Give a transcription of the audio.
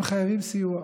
הם חייבים סיוע.